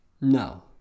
No